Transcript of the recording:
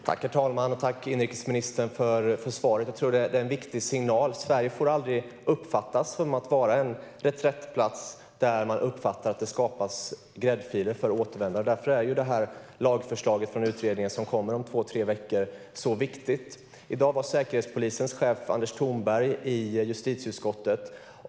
Herr talman! Tack, inrikesministern, för svaret! Jag tror att det är en viktig signal. Sverige får aldrig uppfattas som en reträttplats där man skapar gräddfiler för återvändare. Därför är lagförslaget som kommer från utredningen om två tre veckor så viktigt. I dag var Säkerhetspolisens chef Anders Thornberg i justitieutskottet.